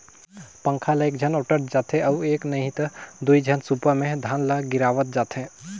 पंखा ल एकझन ओटंत जाथे अउ एक नही त दुई झन सूपा मे धान ल गिरावत जाथें